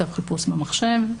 צו חיפוש במחשב.